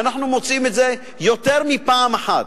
ואנחנו מוצאים את זה יותר מפעם אחת.